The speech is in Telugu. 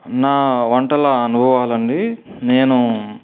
నా వంటల అనుభావాలండి నేను